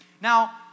Now